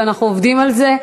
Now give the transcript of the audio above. ואנחנו עובדים על זה,